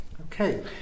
Okay